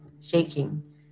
shaking